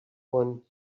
one